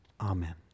Amen